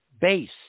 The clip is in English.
base